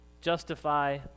justify